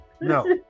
No